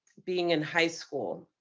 being in high school,